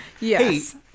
Yes